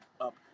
up